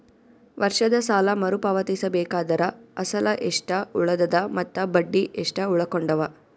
ವರ್ಷದ ಸಾಲಾ ಮರು ಪಾವತಿಸಬೇಕಾದರ ಅಸಲ ಎಷ್ಟ ಉಳದದ ಮತ್ತ ಬಡ್ಡಿ ಎಷ್ಟ ಉಳಕೊಂಡದ?